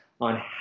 on